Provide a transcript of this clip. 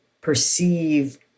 perceive